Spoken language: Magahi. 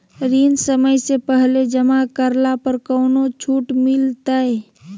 ऋण समय से पहले जमा करला पर कौनो छुट मिलतैय?